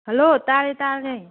hello ꯇꯥꯔꯦ ꯇꯥꯔꯦ